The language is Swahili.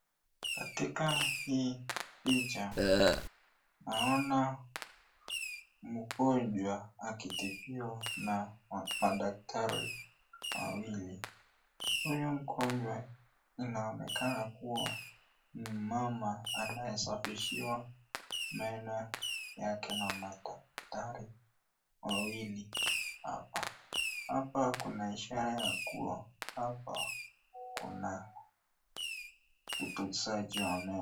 Katika hii picha naona mgonjwa akitibiwa na madaktari wawili. Huyu mgonjwa inaonekana kuwa ni mama anaye safishiwa meno yake na madaktari wawili hapa. Hapa Kuna ishara kuwa hapa kuna utunzaji wa meno.